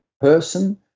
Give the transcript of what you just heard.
person